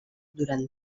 durant